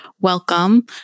Welcome